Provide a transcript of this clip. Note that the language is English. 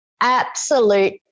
Absolute